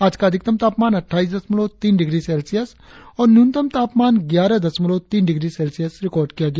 आज का अधिकतम तापमान अट्ठाईस दशमलव तीन डिग्री सेल्सियस और न्यूनतम तापमान ग्यारह दशमलव तीन डिग्री सेल्सियस रिकार्ड किया गया